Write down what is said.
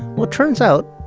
well, it turns out,